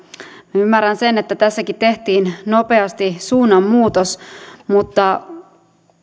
ymmärrän sen että tässäkin tehtiin nopeasti suunnanmuutos mutta